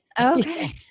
Okay